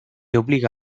obliga